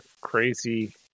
crazy